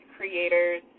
Creators